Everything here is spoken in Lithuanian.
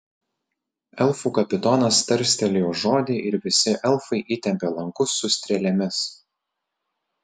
elfų kapitonas tarstelėjo žodį ir visi elfai įtempė lankus su strėlėmis